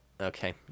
Okay